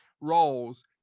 roles